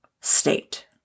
state